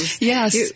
Yes